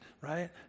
right